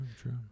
true